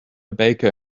baker